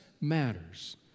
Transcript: matters